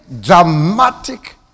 dramatic